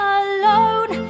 alone